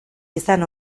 izan